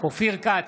אופיר כץ,